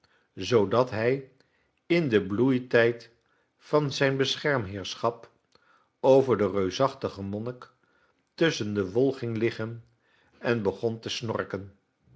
zoodat hij in den bloeitijd van zijn beschermheerschap over den reusachtige monnik tusschen de wol ging liggen en begon te snorken